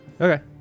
Okay